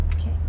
Okay